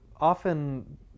often